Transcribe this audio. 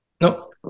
No